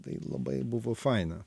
tai labai buvo faina